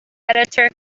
editor